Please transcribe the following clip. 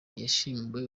yashimiwe